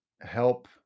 help